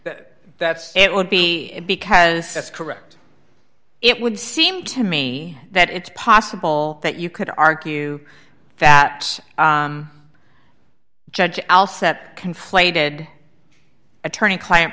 that that's it would be because that's correct it would seem to me that it's possible that you could argue that judge al cept conflated attorney client